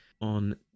on